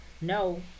no